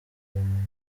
ubumenyi